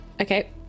Okay